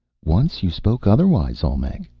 once you spoke otherwise, olmec,